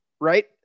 right